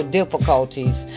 difficulties